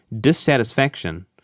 dissatisfaction